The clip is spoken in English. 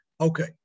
Okay